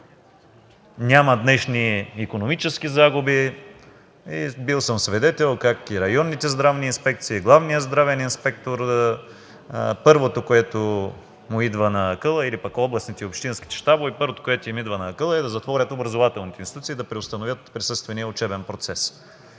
Няма днешни икономически загуби. Бил съм свидетел как и районните здравни инспекции, и главният здравен инспектор първото, което му идва на акъла, или пък областните и общинските щабове, първото, което им идва на акъла, е да затворят образователните институции, да преустановят присъствения учебен процес.